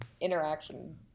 interaction